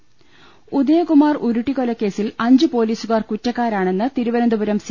M Udayakumar ഉരുട്ടിക്കൊലക്കേസിൽ അഞ്ച് പൊലീസുകാർ കുറ്റക്കാരാണെന്ന് തിരുവനന്തപുരം സി